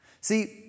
See